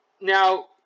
Now